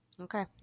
okay